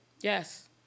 Yes